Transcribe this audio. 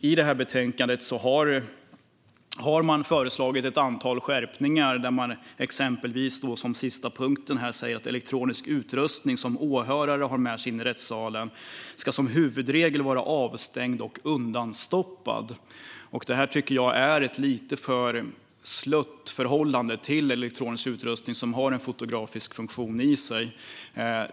I det här betänkandet föreslås ett antal skärpningar, exempelvis i sista punkten, där det står: "Elektronisk utrustning som åhörare har med sig i rättssalen ska som huvudregel vara avstängd och undanstoppad." Det tycker jag är en lite för slö inställning till elektronisk utrustning som har en fotografisk funktion.